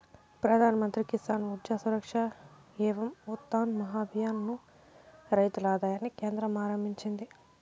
ప్రధాన్ మంత్రి కిసాన్ ఊర్జా సురక్ష ఏవం ఉత్థాన్ మహాభియాన్ ను రైతుల ఆదాయాన్ని కేంద్రం ఆరంభించింది